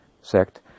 sect